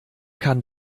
kann